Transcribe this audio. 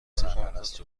سرپرست